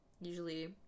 usually